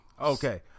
Okay